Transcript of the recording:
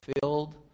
filled